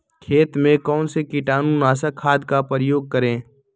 खेत में कौन से कीटाणु नाशक खाद का प्रयोग करें?